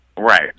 Right